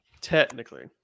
technically